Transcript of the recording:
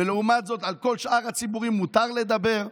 ולעומת זאת על כל שאר הציבורים מותר לדבר,